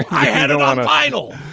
i had an idol,